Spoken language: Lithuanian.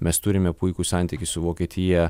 mes turime puikų santykį su vokietija